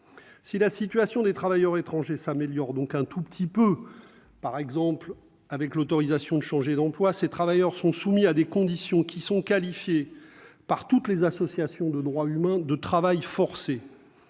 si la situation des travailleurs étrangers s'améliore donc un tout petit peu, par exemple, avec l'autorisation de changer d'emploi, ces travailleurs sont soumis à des conditions qui sont qualifiés par toutes les associations de droits humains de travail forcé,